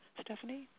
Stephanie